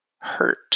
hurt